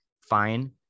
fine